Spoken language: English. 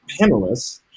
panelists